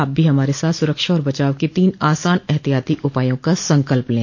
आप भी हमारे साथ सुरक्षा और बचाव के तीन आसान एहतियाती उपायों का संकल्प लें